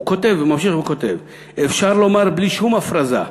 והוא ממשיך וכותב: "אפשר לומר בלי שום הפרזה"